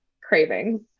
cravings